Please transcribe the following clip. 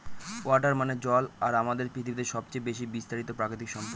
water মানে জল আর আমাদের পৃথিবীতে সবচেয়ে বেশি বিস্তারিত প্রাকৃতিক সম্পদ